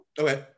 okay